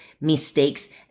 mistakes